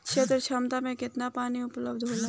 क्षेत्र क्षमता में केतना पानी उपलब्ध होला?